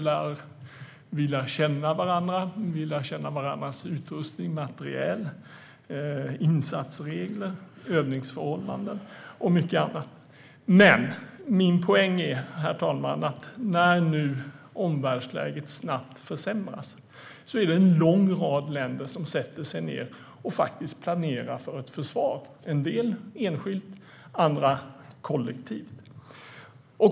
Man lär känna varandra, man lär känna varandras utrustning, materiel, insatsregler, övningsförhållanden och mycket annat. Men min poäng är att när omvärldsläget nu snabbt försämras är det en lång rad länder som sätter sig ned och faktiskt planerar för ett försvar, en del enskilt, andra kollektivt.